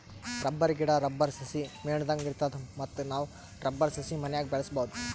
rubber ಗಿಡಾ, rubber ಸಸಿ ಮೇಣದಂಗ್ ಇರ್ತದ ಮತ್ತ್ ನಾವ್ ರಬ್ಬರ್ ಸಸಿ ಮನ್ಯಾಗ್ ಬೆಳ್ಸಬಹುದ್